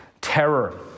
terror